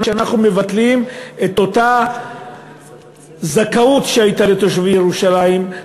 שאנחנו מבטלים את אותה זכאות שהייתה לתושבי ירושלים,